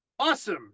Awesome